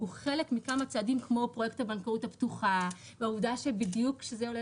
הוא חלק מכמה צעדים כמו פרויקט הבנקאות הפתוחה והעובדה שבדיוק כשזה עולה